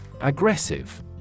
aggressive